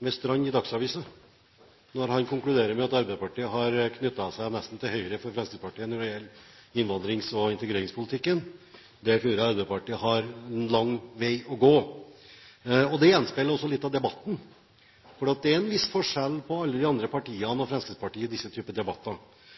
med Strand i Dagsavisen når han konkluderer med at Arbeiderpartiet har knyttet seg nesten til høyre for Fremskrittspartiet når det gjelder innvandrings- og integreringspolitikken. Der tror jeg Arbeiderpartiet har en lang vei å gå. Det gjenspeiler også litt av debatten. For det er en viss forskjell på alle de andre partiene og Fremskrittspartiet i disse typer debatter.